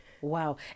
Wow